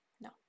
no